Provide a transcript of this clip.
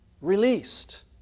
released